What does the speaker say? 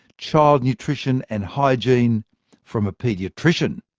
child nutrition and hygiene from a paediatrician.